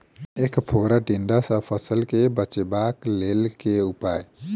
ऐंख फोड़ा टिड्डा सँ फसल केँ बचेबाक लेल केँ उपाय?